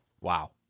Wow